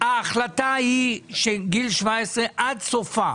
ההחלטה היא שגיל 17 עד סופו,